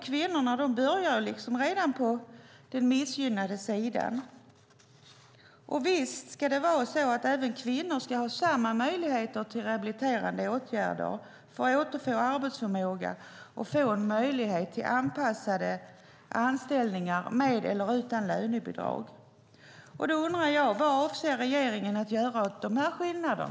Kvinnorna börjar liksom redan på den missgynnade sidan. Och visst ska kvinnor ha samma möjligheter till rehabiliterande åtgärder för att återfå arbetsförmåga och få en möjlighet till anpassade anställningar med eller utan lönebidrag. Då undrar jag: Vad avser regeringen att göra åt dessa skillnader?